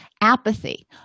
apathy